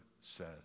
says